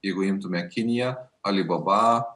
jeigu imtume kiniją alibaba